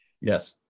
Yes